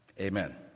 amen